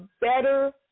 better